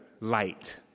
light